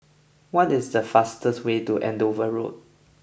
what is the fastest way to Andover Road